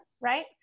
right